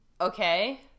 Okay